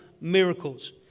miracles